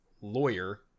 lawyer